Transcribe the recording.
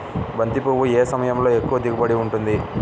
బంతి పువ్వు ఏ సమయంలో ఎక్కువ దిగుబడి ఉంటుంది?